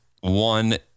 one